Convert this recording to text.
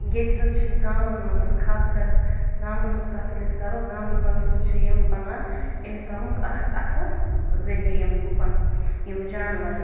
ییٚتہِ حظ چھِ گامَن منٛز خاص کَر گامَن ہنٛز کَتھ ییٚلہِ أسۍ کَرو گامَن منٛز حظ چھِ یِم بَنان اِنکَمُک اَکھ اَصٕل ذریعہٕ یِم گُپن یِم جانور